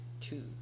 two